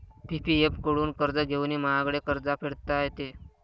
PPF कडून कर्ज घेऊनही महागडे कर्ज फेडता येते